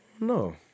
No